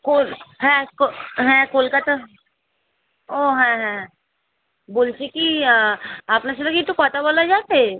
কোল হ্যাঁ কো হ্যাঁ কলকাতা ও হ্যাঁ হ্যাঁ বলছি কি আপনার সাথে কি একটু কতা বলা যাবে